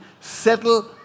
Settle